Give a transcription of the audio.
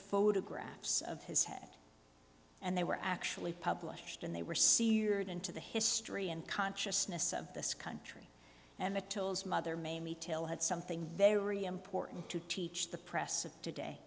photographs of his head and they were actually published and they were seared into the history and consciousness of this country and the tills mother mamie till had something very important to teach the press of today